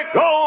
go